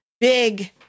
big